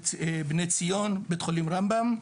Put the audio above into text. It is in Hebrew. בני ציון ורמב"ם,